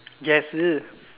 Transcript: guess this